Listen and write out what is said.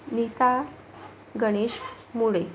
नीता गणेश मुडे